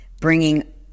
bringing